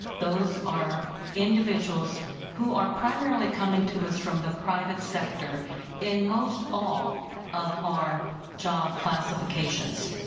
those are individuals who are primarily coming to us from the private sector in most all of our job classifications.